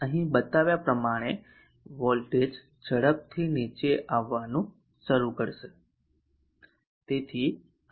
અહીં બતાવ્યા પ્રમાણે વોલ્ટેજ ઝડપથી નીચે આવવાનું શરૂ કરશે